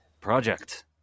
project